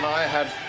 i had